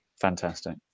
Fantastic